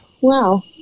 Wow